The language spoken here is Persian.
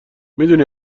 میدونی